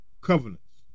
covenants